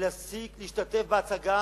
ולהפסיק להשתתף בהצגה